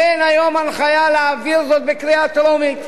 תן היום הנחיה להעביר זאת בקריאה טרומית,